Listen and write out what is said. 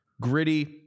gritty